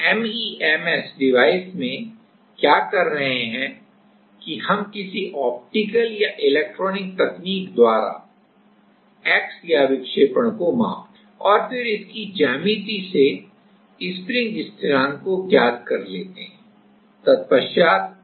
अब हम MEMS device में क्या कर रहे हैं कि हम किसी ऑप्टिकल या इलेक्ट्रॉनिक तकनीक द्वारा x या विक्षेपण को मापते हैं और फिर इसकी ज्यामिति से स्प्रिंग स्थिरांकk को ज्ञात कर लेते हैं